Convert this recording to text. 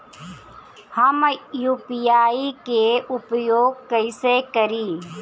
हम यू.पी.आई के उपयोग कइसे करी?